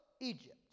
Egypt